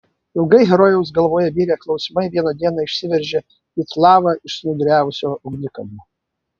ilgai herojaus galvoje virę klausimai vieną dieną išsiveržė it lava iš snūduriavusio ugnikalnio